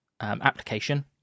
application